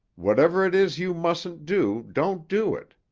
whatever it is you mustn't do, don't do it.